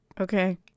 Okay